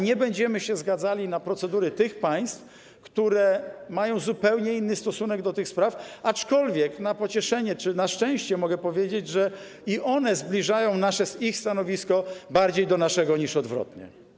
Nie będziemy się zgadzali na procedury tych państw, które mają zupełnie inny stosunek do tych spraw, aczkolwiek na pocieszenie czy na szczęście mogę powiedzieć, że one zbliżają swoje stanowisko bardziej do naszego niż odwrotnie.